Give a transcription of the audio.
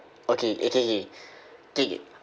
okay okay K K K